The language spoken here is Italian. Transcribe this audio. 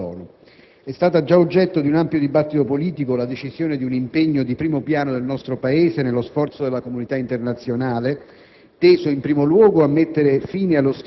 2006 del Consiglio di sicurezza dell'ONU. E' stata già oggetto di un ampio dibattito politico la decisione di un impegno di primo piano del nostro Paese, nello sforzo della comunità internazionale,